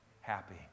happy